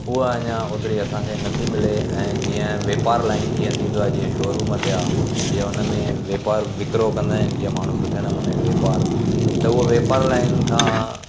उहा अञा ओतिरी असांखे नथी मिले ऐं जीअं वापारु लाइन जीअं थींदो आहे जीअं शोरूम थिया जीअं हुन में वापारु विकरो कंदा आहिनि जीअं माण्हू सुठे नमूने वापारु त उहो वापार लाइन खां